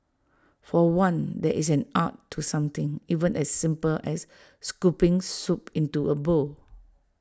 for one there is an art to something even as simple as scooping soup into A bowl